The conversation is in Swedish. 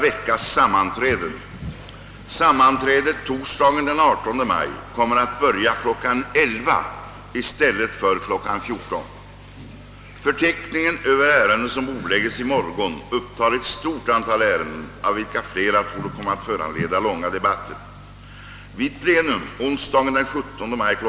14.00 Förteckningen över ärenden som bordlägges i morgon upptar ett stort antal ärenden, av vilka flera torde komma att föranleda långa debatter. Vid plenum onsdagen den 17 maj kl.